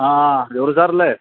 ആ ജോണി സാറല്ലേ